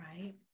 right